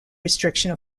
restriction